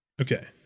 Okay